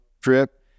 trip